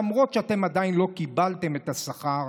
למרות שאתם עדיין לא קיבלתם את השכר,